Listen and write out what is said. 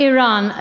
Iran